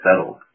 settled